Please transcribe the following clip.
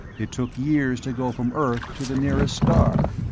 it took years to go from earth to the nearest star.